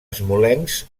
smolensk